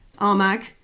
Armag